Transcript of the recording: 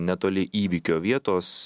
netoli įvykio vietos